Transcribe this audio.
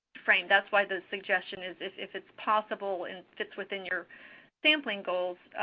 frame. that's why the suggestion is is if it's possible and fits within your sampling goals,